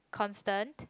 constant